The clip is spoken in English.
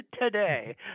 today